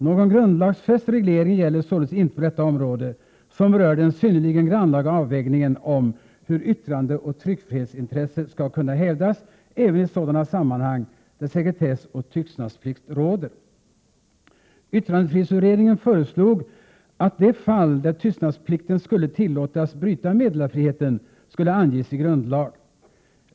Någon grundlagsfäst reglering gäller således inte på detta område, som berör den synnerligen grannlaga avvägningen om hur yttrandeoch tryckfrihetsintresset skall kunna hävdas även i sådana sammanhang där sekretess och tystnadsplikt råder. Yttrandefrihetsutredningen föreslog att de fall där tystnadsplikten skulle tillåtas bryta meddelarfriheten skall anges i grundlag.